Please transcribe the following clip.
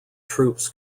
troops